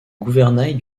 gouvernail